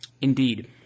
Indeed